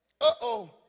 Uh-oh